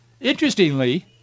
Interestingly